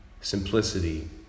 simplicity